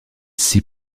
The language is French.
six